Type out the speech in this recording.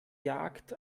jagd